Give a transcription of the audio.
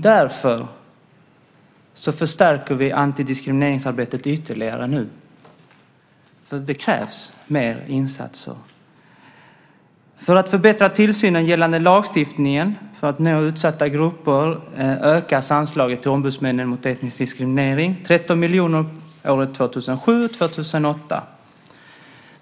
Därför förstärker vi nu antidiskrimineringsarbetet ytterligare - för det krävs mer insatser! För att förbättra tillsynen gällande lagstiftningen och för att nå utsatta grupper ökas anslaget till ombudsmännen mot etnisk diskriminering med 13 miljoner åren 2007 och 2008.